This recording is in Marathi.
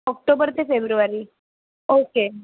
ऑक्टोबर ते फेब्रुवारी ओके